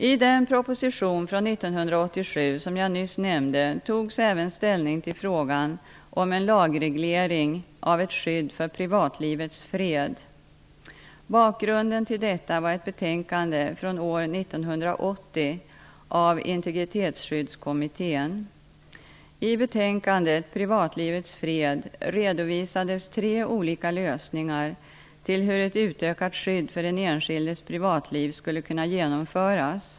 I den proposition från 1987 som jag nyss nämnde togs även ställning till frågan om en lagreglering av ett skydd för privatlivets fred. Bakgrunden till detta var ett betänkande från år 1980 av Privatlivets fred , redovisades tre olika lösningar till hur ett utökat skydd för den enskildes privatliv skulle kunna genomföras.